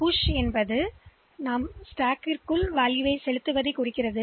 எனவே புஷ் என்றால் நாம் மதிப்பைசேமித்து அடுக்கில்வைக்கிறோம்